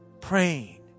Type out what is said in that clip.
Praying